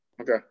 Okay